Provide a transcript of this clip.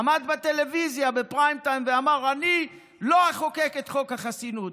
הוא עמד בטלוויזיה בפריים טיים ואמר: אני לא אחוקק את חוק החסינות,